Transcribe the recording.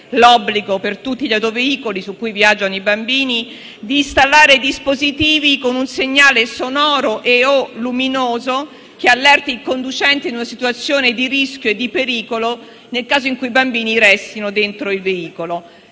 l'obbligo per tutti gli autoveicoli su cui viaggiano i bambini di installare dispositivi dotati di un segnale sonoro e/o luminoso che allerti il conducente di una situazione di rischio e di pericolo, nel caso in cui i bambini restino all'interno del veicolo.